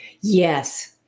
Yes